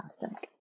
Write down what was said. fantastic